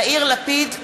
יאיר לפיד,